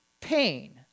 pain